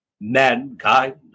Mankind